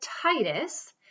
Titus